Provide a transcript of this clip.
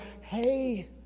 hey